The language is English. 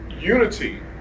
unity